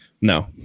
no